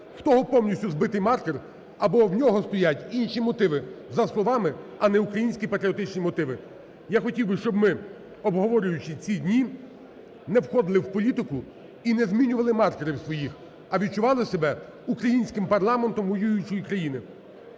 того повністю збитий маркер або в нього стоять інші мотиви за словами, а не українські патріотичні мотиви. Я хотів би, щоб ми, обговорюючи ці дні, не входили в політику і не змінювали маркерів своїх, а відчували себе українським парламентом воюючої країни.